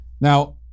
Now